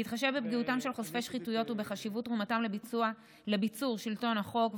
בהתחשב בפגיעותם של חושפי שחיתויות ובחשיבות תרומתם לביצור שלטון החוק,